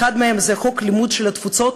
אחד מהם זה חוק לימוד של התפוצות,